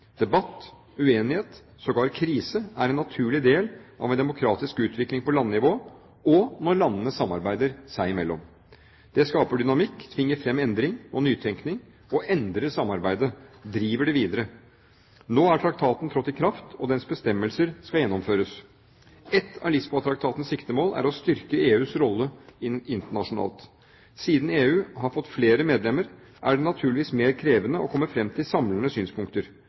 Debatt, uenighet, sågar krise er en naturlig del av en demokratisk utvikling på landnivå og når landene samarbeider seg imellom. Det skaper dynamikk, tvinger fram endring og nytenkning, endrer samarbeidet og driver det videre. Nå har traktaten trådt i kraft, og dens bestemmelser skal gjennomføres. Ett av Lisboa-traktatens siktemål er å styrke EUs rolle internasjonalt. Siden EU har fått flere medlemmer, er det naturligvis mer krevende å komme fram til samlende synspunkter.